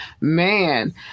Man